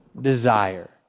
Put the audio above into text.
desire